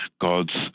god's